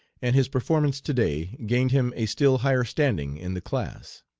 and his performance to-day gained him a still higher standing in the class.